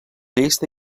llista